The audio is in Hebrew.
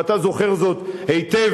ואתה זוכר זאת היטב,